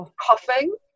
coughing